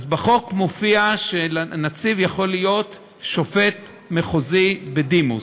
בחוק מופיע שנציב יכול להיות שופט מחוזי בדימוס.